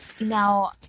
Now